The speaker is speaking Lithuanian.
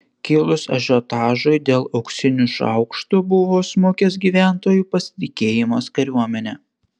kilus ažiotažui dėl auksinių šaukštų buvo smukęs gyventojų pasitikėjimas kariuomene